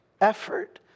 effort